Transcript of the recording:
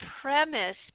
premise